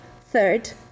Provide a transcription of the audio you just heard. third